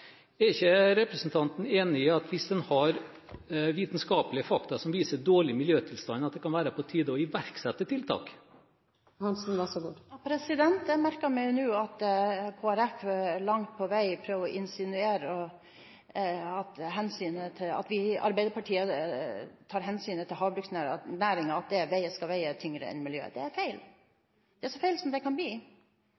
Er ikke representanten enig i at hvis en har vitenskapelige fakta som viser en dårlig miljøtilstand, kan det være på tide å iverksette tiltak? Jeg merket meg nå at Kristelig Folkeparti langt på vei insinuerer at vi i Arbeiderpartiet mener at hensynet til havbruksnæringen skal veie tyngre enn miljø. Det er feil.